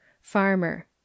farmer